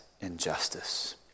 injustice